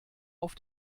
auf